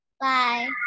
Bye